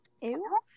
Ew